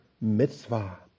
mitzvah